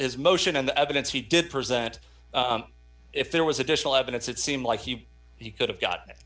his motion and the evidence he did present if there was additional evidence it seemed like he he could have got